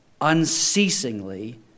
unceasingly